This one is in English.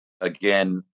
again